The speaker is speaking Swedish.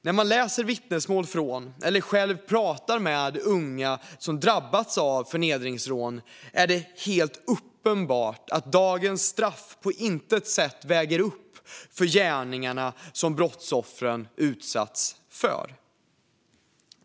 När man läser vittnesmål från, eller själv pratar med, unga som drabbats av förnedringsrån är det helt uppenbart att dagens straff på intet sätt väger upp de gärningar som brottsoffren utsatts för.